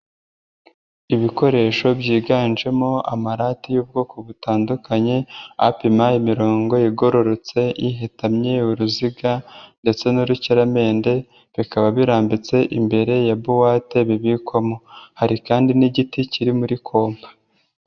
Ibikoresho byiganjemo amarati y'ubwoko butandukanye, apima imirongo igororotse, ihetamye, uruziga ndetse n'urukiraramende, bikaba birambitse imbere ya buwate bibikwamo, hari kandi n'igiti kiri muri kompa.